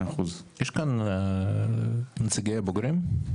יש כאן נציגי בוגרים?